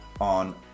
on